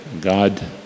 God